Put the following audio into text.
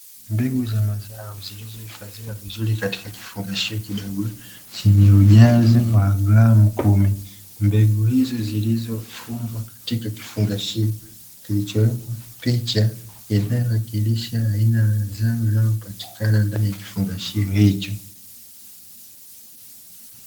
Mbegu za mazao zilizo ifadhiwa vizuri katika kifungashio kidogo chenye ujazo wa gramu kumi. Mbegu hizo zilizofungwa katika kifungashio kilichowekwa picha inayo wakilisha aina ya zao linalo patikana ndani ya kifungashio hicho.